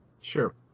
sure